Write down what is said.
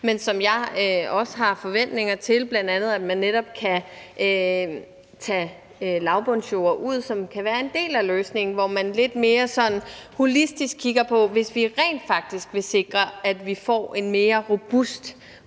men som jeg har forventninger til, bl.a. at tage lavbundsjorder ud. Det kan være en del af løsningen at kigge lidt mere holistisk kigger på det. Hvis vi rent faktisk vil sikre, at vi får en mere robust måde